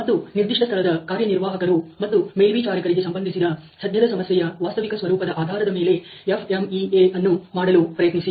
ಮತ್ತು ನಿರ್ದಿಷ್ಟ ಸ್ಥಳದ ಕಾರ್ಯನಿರ್ವಾಹಕರು ಮತ್ತು ಮೇಲ್ವಿಚಾರಕರಿಗೆ ಸಂಬಂಧಿಸಿದ ಸದ್ಯದ ಸಮಸ್ಯೆಯ ವಾಸ್ತವಿಕ ಸ್ವರೂಪದ ಆಧಾರದ ಮೇಲೆ FMEA ಅನ್ನು ಮಾಡಲು ಪ್ರಯತ್ನಿಸಿ